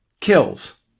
kills